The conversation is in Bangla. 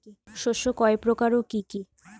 শস্য কয় প্রকার কি কি?